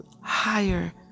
higher